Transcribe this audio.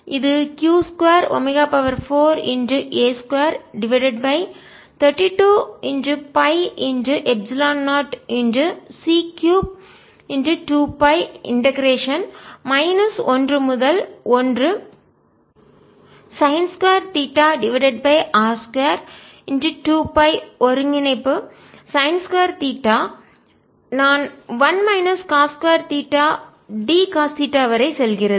இது q 2 omega 4 A2 divided by 32π epsilon 0 c3 2 π integration ஒருங்கிணைப்பு minus 1 முதல் 1 சைன் 2 தீட்டா r2 2 π ஒருங்கிணைப்பு சைன் 2 தீட்டா நான் 1 minus cos 2 theta d cos theta வரை செல்கிறது